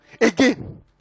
Again